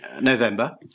November